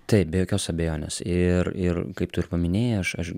taip be jokios abejonės ir ir kaip tu ir paminėjai aš aš